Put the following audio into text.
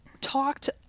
talked